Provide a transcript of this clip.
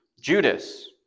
Judas